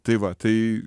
tai va tai